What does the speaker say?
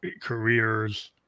careers